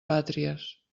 pàtries